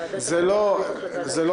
שזה לא נגמר.